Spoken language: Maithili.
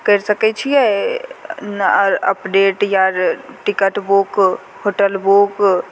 करि सकै छिए अपडेट आओर टिकट बुक होटल बुक